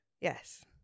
Yes